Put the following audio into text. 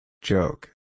Joke